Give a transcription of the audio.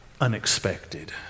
unexpected